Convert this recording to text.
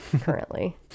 currently